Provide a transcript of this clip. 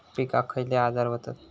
पिकांक खयले आजार व्हतत?